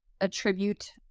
attribute